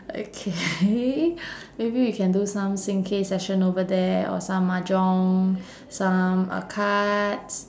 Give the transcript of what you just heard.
okay maybe we can do sing K session over there or some mahjong some uh cards